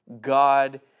God